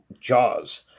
Jaws